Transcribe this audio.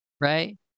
right